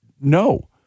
no